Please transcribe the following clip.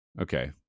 okay